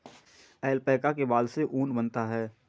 alpaca के बाल से ऊन बनता है